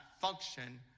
function